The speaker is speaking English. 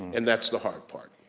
and that's the hard part.